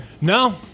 No